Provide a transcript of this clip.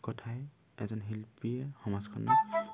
কথাই এজন শিল্পীয়ে সমাজখনত